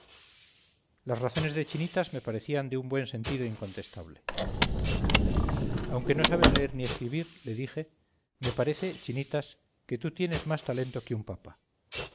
las razones de chinitas me parecían de un buen sentido incontestable aunque no sabes leer ni escribir le dije me parece chinitas que tú tienes más talento que un papa